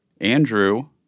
Andrew